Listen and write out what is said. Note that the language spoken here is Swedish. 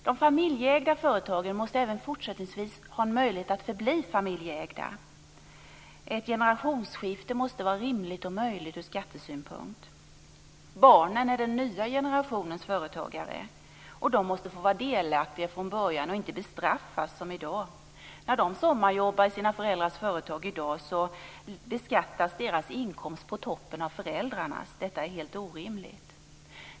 De familjeägda företagen måste även fortsättningsvis ha möjlighet att förbli familjeägda - ett generationsskifte måste vara rimligt ur skattesynpunkt. Barnen är den nya generationens företagare. De måste få vara delaktiga från början, inte bestraffas, som i dag. När de sommarjobbar i sina föräldrars företag i dag beskattas deras inkomst på toppen av föräldrarnas. Detta är helt orimligt.